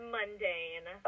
Mundane